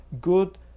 good